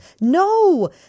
No